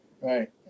right